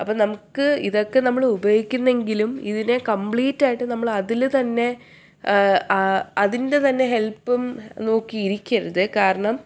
അപ്പോൾ നമുക്ക് ഇതൊക്കെ നമ്മൾ ഉപയോഗിക്കുന്നെങ്കിലും ഇതിനെ കംപ്ലീറ്റ് ആയിട്ട് നമ്മൾ അതിൽ തന്നെ അതിൻ്റെ തന്നെ ഹെൽപ്പും നോക്കി ഇരിക്കരുത് കാരണം